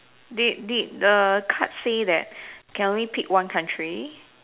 did did the card say that can we pick one country